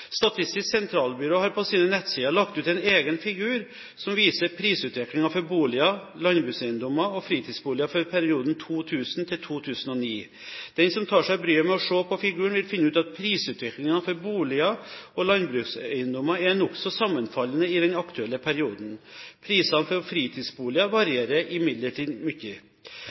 Statistisk sentralbyrå har på sine nettsider lagt ut en egen figur som viser prisutviklingen for boliger, landbrukseiendommer og fritidsboliger for perioden 2000–2009. Den som tar seg bryet med å se på figuren, vil finne at prisutviklingen for boliger og landbrukseiendommer er nokså sammenfallende i den aktuelle perioden. Prisene for fritidsboliger varierer imidlertid